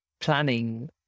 planning